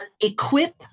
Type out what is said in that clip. equip